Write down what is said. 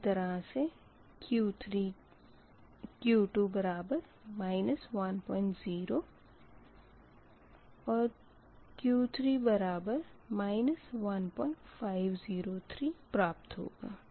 इसी तरह से Q2 बराबर 10 और Q3 बराबर 1503 प्राप्त होगा